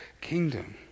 kingdom